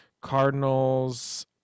Cardinals